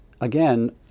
again